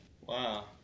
Wow